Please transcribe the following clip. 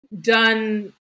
Done